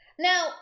Now